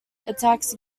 attacks